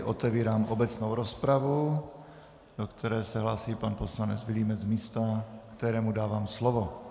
Otevírám obecnou rozpravu, do které se hlásí pan poslanec Vilímec, kterému dávám slovo.